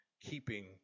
keeping